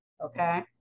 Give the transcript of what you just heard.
Okay